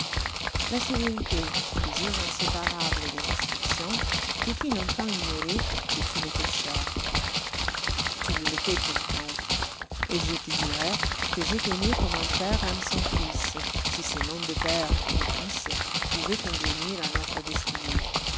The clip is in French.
la sévérité toujours inséparable des instructions te fit longtemps ignorer que tu m'étois cher tu me l'étois pourtant et je te dirai que je t'aimois comme un père aime son fils si ces noms de père et de fils pouvoient convenir à notre destinée